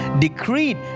decreed